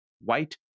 white